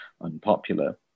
unpopular